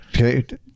Okay